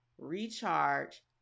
recharge